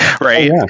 right